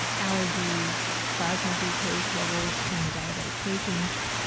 allergies, plasma, glucose levels in diabetic patients,